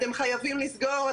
אתם חייבים לסגור,